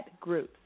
groups